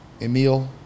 Emil